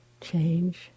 change